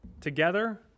together